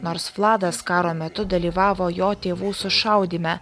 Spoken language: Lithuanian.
nors vladas karo metu dalyvavo jo tėvų sušaudyme